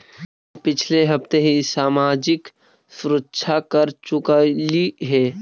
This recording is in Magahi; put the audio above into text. हम पिछले हफ्ते ही सामाजिक सुरक्षा कर चुकइली हे